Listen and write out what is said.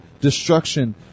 destruction